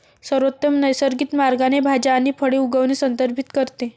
सर्वोत्तम नैसर्गिक मार्गाने भाज्या आणि फळे उगवणे संदर्भित करते